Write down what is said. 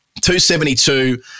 272